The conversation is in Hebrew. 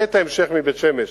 ואת ההמשך מבית-שמש,